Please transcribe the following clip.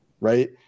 right